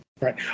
Right